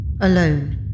Alone